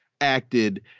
acted